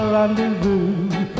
rendezvous